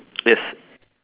yes